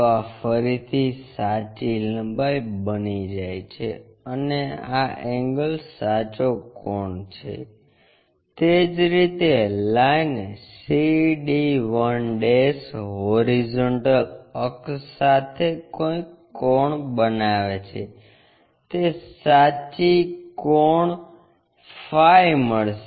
તો આ ફરીથી સાચી લંબાઈ બની જાય છે અને આ એંગલ સાચો કોણ છે તે જ રીતે લાઈન c d 1 હોરીઝોન્ટલ અક્ષ સાથે કોઈક કોણ બનાવે છે તે સાચી કોણ ફાઇ મળશે